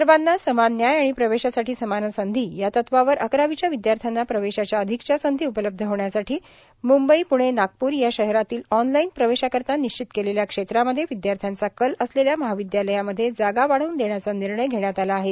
सर्वांना समान न्याय आणि प्रवेशासाठी समान संधी या तत्वावर अकरावीच्या विदयार्थ्यांना प्रवेशाच्या अधिकच्या संधी उपलब्ध होण्यासाठी म्बई प्णे नागप्र या शहरातील ऑनलाईन प्रवेशाकरिता निश्चित केलेल्या क्षेत्रामध्ये विद्यार्थ्यांचा कल असलेल्या महाविद्यालयामध्ये जागा वाढवून देण्याचा निर्णय घेण्यात आला आहे